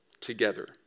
Together